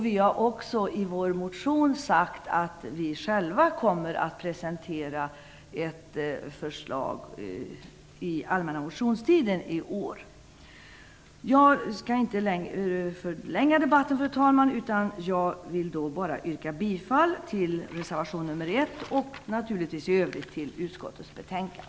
Vi har också i vår motion sagt att vi själva kommer att presentera ett förslag under den allmänna motionstiden. Fru talman! Jag skall inte förlänga debatten. Jag vill bara yrka bifall till reservation nr 1 och i övrigt till hemställan i utskottets betänkande.